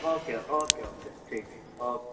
okay okay okay ٹھیک ہے okay